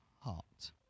heart